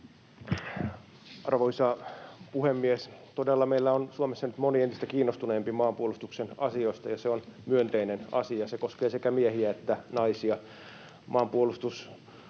Arvoisa puhemies! Todella meillä on Suomessa nyt moni entistä kiinnostuneempi maanpuolustuksen asioista, ja se on myönteinen asia — se koskee sekä miehiä että naisia. Maanpuolustuskoulutusyhdistyksen